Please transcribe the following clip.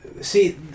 see